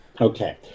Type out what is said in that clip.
okay